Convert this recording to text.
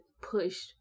push